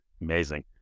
Amazing